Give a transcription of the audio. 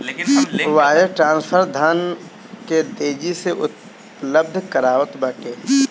wire transfer धन के तेजी से उपलब्ध करावत बाटे